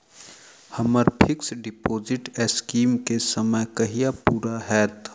हम्मर fix deposit scheme केँ समय कहिया पूरा हैत?